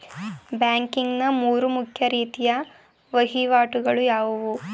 Banking ನ ಮೂರು ಮುಖ್ಯ ರೀತಿಯ ವಹಿವಾಟುಗಳು ಯಾವುವು?